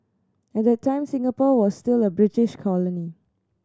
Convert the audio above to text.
at that time Singapore was still a British colony